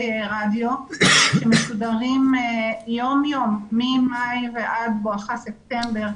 רדיו שמשודרים יום יום ממאי ועד בואך ספטמבר,